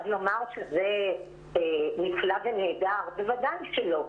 לומר שזה נפלא ונהדר, בוודאי שלא.